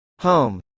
Home